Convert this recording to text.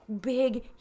big